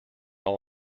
all